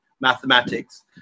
mathematics